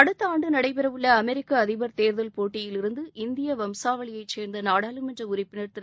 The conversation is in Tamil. அடுத்த ஆண்டு நடைபெறவுள்ள அமெரிக்க அதிபர் தேர்தல் போட்டியிலிருந்து இந்தியா வம்சாவளியைச் சேர்ந்த நாடாளுமன்ற உறுப்பினர் திரு